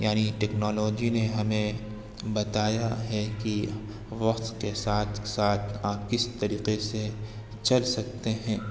یعنی ٹیکنالوجی نے ہمیں بتایا ہے کہ وقت کے ساتھ ساتھ آپ کس طریقے سے چل سکتے ہیں